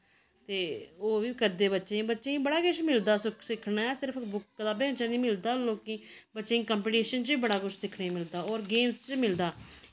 ते होर बी करदे बच्चे बच्चें गी बड़ा किश मिलदा सिक्खने सिर्फ कताबें चा नि मिलदा लोकें गी बच्चें गी कंपीटीशन च बी बड़ा कुछ सिक्खने गी मिलदा होर गेम्स च बी मिलदा